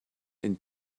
and